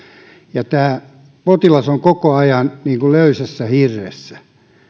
ja potilas on koko ajan niin kuin löysässä hirressä